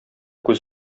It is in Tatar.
күз